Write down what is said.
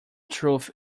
truth